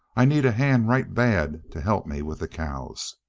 i need a hand right bad to help me with the cows.